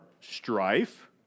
strife